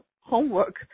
homework